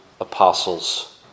Apostles